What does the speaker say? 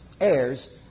heirs